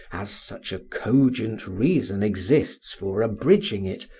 as such a cogent reason exists for abridging it,